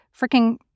freaking